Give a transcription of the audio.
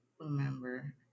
remember